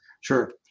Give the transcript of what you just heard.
Sure